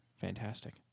Fantastic